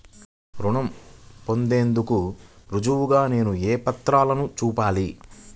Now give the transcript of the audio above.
రుణం పొందేందుకు రుజువుగా నేను ఏ పత్రాలను చూపాలి?